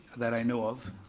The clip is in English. that i know of,